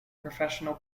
professional